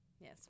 Yes